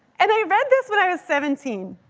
and i read this when i was seventeen,